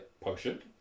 potion